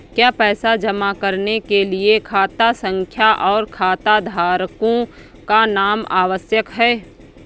क्या पैसा जमा करने के लिए खाता संख्या और खाताधारकों का नाम आवश्यक है?